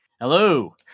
Hello